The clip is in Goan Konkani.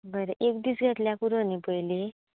बरें एक दीस घेतल्यार पुरो नी पयली